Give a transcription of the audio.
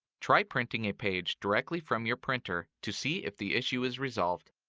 try printing a page directly from your printer to see if the issue is resolved.